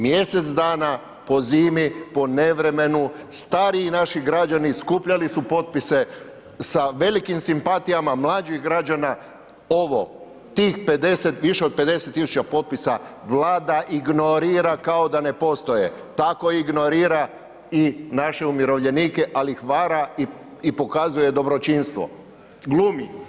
Mjesec dana po zimi, po nevremenu, stariji naši građani skupljali su potpise sa velikim simpatijama mlađih građana, ovo, tih 50, više od 50 000 potpisa Vlada ignorira kao da ne postoje, tako ignorira i naše umirovljenike, al ih vara i pokazuje dobročinstvo, glumi.